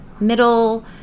middle